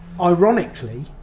ironically